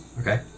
Okay